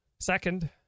Second